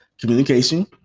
communication